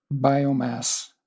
biomass